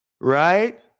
Right